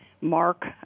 Mark